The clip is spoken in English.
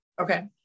Okay